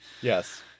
Yes